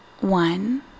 one